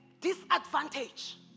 disadvantage